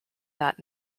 that